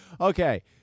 Okay